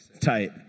Tight